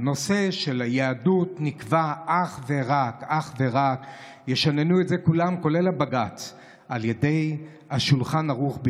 כולל בג"ץ שהנושא של היהדות נקבע אך ורק על ידי שולחן ערוך,